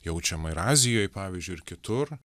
jaučiama ir azijoj pavyzdžiui ir kitur